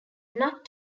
not